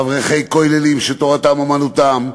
אברכי כוללים שתורתם אומנותם,